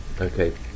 Okay